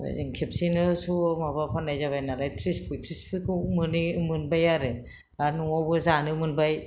आरो जों खेबसेयैनो स'आव माबा फाननाय जाबायनालाय त्रिस पयत्रिसफोरखौ मोनो मोनबाय आरो आर न'आवबो जानो मोनबाय